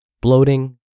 bloating